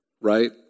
right